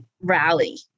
rally